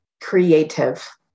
creative